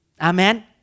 Amen